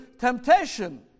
temptation